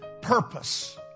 purpose